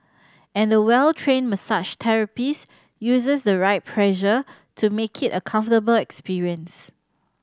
and the well trained massage therapist uses the right pressure to make it a comfortable experience